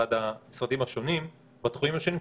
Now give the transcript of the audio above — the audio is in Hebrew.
בתחומים השונים,